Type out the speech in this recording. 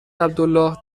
عبدالله